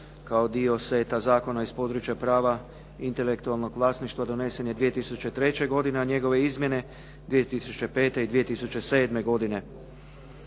kao dio seta zakona iz područja prava intelektualnog vlasništva donesen je 2003. godine, a njegove izmjene 2005. i 2007. godine.